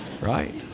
Right